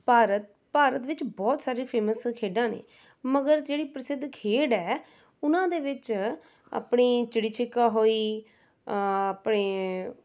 ਭਾਰਤ ਭਾਰਤ ਵਿੱਚ ਬਹੁਤ ਸਾਰੇ ਫੈਮਸ ਖੇਡਾਂ ਨੇ ਮਗਰ ਜਿਹੜੀ ਪ੍ਰਸਿੱਧ ਖੇਡ ਹੈ ਉਹਨਾਂ ਦੇ ਵਿੱਚ ਆਪਣੀ ਚਿੜੀ ਛਿੱਕਾ ਹੋਈ ਆਪਣੇ